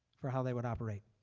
for how they would operate.